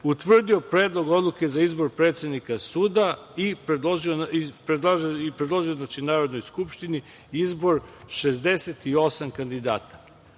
utvrdio Predlog odluke za izbor predsednika suda i predložio Narodnoj skupštini izbor 68 kandidata.